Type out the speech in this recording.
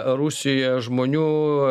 rusijoje žmonių